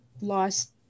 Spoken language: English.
lost